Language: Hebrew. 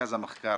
מרכז המחקר